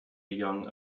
young